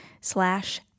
slash